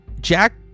Jack